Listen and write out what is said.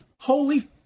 Holy